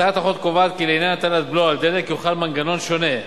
הצעת החוק קובעת כי לעניין הטלת בלו על דלק יוחל מנגנון שונה,